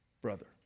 brother